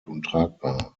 untragbar